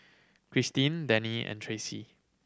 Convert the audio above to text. Krysten Denny and Tracy